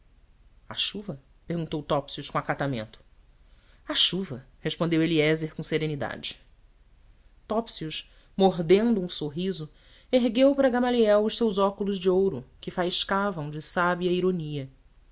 a chuva perguntou topsius com acatamento a chuva respondeu eliézer com serenidade topsius mordendo um sorriso ergueu para gamaliel os seus óculos de ouro que faiscavam de sábia ironia